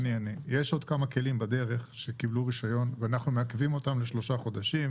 יש עוד כמה כלים בדרך שקיבלו רישיון ואנחנו מעכבים אותם לשלושה חודשים,